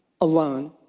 alone